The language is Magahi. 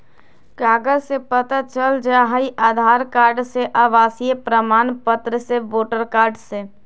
कागज से पता चल जाहई, आधार कार्ड से, आवासीय प्रमाण पत्र से, वोटर कार्ड से?